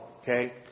okay